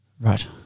Right